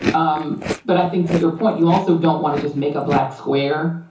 um but i think to your point, you also don't want to just make a black square,